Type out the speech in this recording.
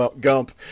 Gump